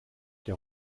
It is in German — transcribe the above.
der